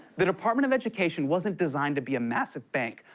the department of education wasn't designed to be a massive bank,